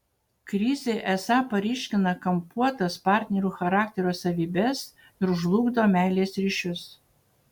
krizė esą paryškina kampuotas partnerių charakterio savybes ir žlugdo meilės ryšius